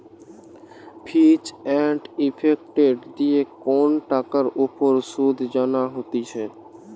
ফিচ and effective দিয়ে কন টাকার উপর শুধ জানা হতিছে